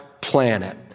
planet